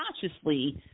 consciously